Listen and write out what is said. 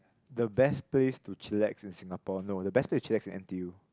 the best place to chillax in Singapore no the best place to chillax in N_T_U